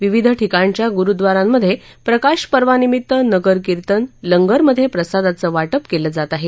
विविध ठिकाणच्या गुरुद्वारांमध्ये प्रकाश पर्वानिमित्त नगर कीर्तन लंगरमधे प्रसादाचं वा पि केलं जात आहे